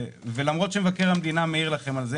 ולמרות שמבקר המדינה מעיר לכם על זה,